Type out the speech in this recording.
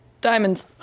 diamonds